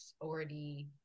already